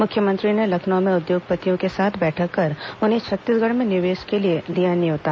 मुख्यमंत्री ने लखनऊ में उद्योगपतियों के साथ बैठक कर उन्हें छत्तीसगढ़ में निवेश के लिए दिया न्यौता